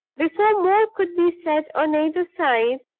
before more could be said on either side,